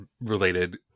related